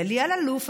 על אלי אלאלוף,